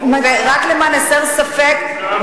רק למען הסר ספק,